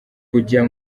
kujya